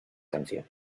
canciones